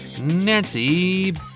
Nancy